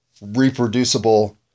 reproducible